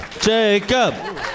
Jacob